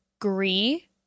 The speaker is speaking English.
agree